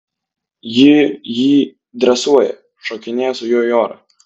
ji jį dresuoja šokinėja su juo į orą